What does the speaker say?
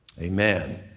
Amen